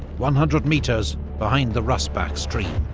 one hundred metres behind the russbach stream.